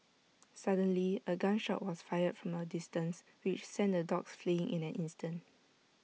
suddenly A gun shot was fired from A distance which sent the dogs fleeing in an instant